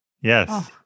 Yes